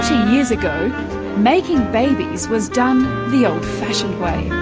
years ago making babies was done the old-fashioned way.